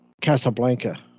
Casablanca